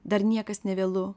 dar niekas nevėlu